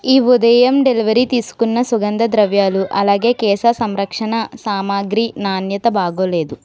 ఈ ఉదయం డెలివరీ తీసుకున్న సుగంధ ద్రవ్యాలు అలాగే కేశ సంరక్షణ సామాగ్రి నాణ్యత బాగాలేదు